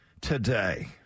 today